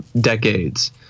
decades